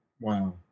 Wow